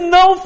no